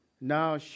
Now